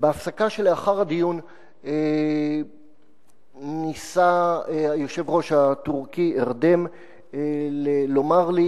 בהפסקה שלאחר הדיון ניסה היושב-ראש הטורקי ארדם לומר לי